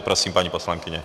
Prosím, paní poslankyně.